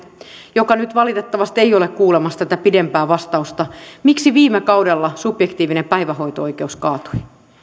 joka nyt valitettavasti ei ole kuulemassa tätä pidempää vastausta miksi viime kaudella subjektiivinen päivähoito oikeus kaatui